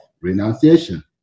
renunciation